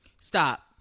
Stop